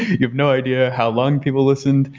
you have no idea how long people listened.